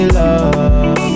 love